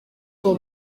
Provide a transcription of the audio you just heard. ngo